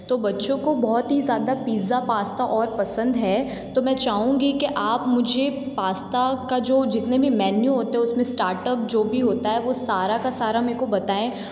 तो बच्चो को बहुत ही ज़्यादा पिज़्ज़ा पास्ता और पसंद है तो मैं चाहूंगी की आप मुझे पास्ता का जो जीतने भी मेनू होते है उसमें स्टार्टअप जो भी होता है वो सारा का सारा मेको बताएं